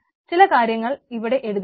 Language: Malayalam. ചില കാര്യങ്ങൾ ഇവിടെ എഴുതിയിട്ടുണ്ട്